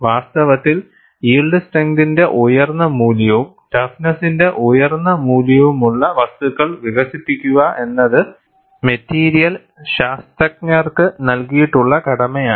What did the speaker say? വാസ്തവത്തിൽ യിൽഡ് സ്ട്രെങ്തിന്റെ ഉയർന്ന മൂല്യവും ടഫ്നെസ്സിന്റെ ഉയർന്ന മൂല്യവുമുള്ള വസ്തുക്കൾ വികസിപ്പിക്കുക എന്നത് മെറ്റീരിയൽ ശാസ്ത്രജ്ഞർക്ക് നൽകിയിട്ടുള്ള കടമയാണ്